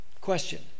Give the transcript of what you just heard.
Question